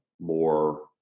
more –